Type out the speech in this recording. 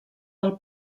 del